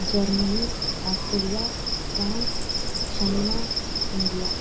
Germany Australia France China India